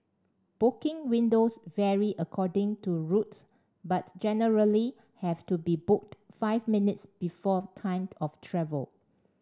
booking windows vary according to route but generally have to be booked five minutes before time of travel